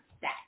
set